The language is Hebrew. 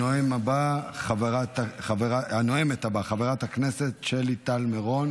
הנואמת הבאה, חברת הכנסת שלי טל מירון